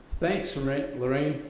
thanks lorraine,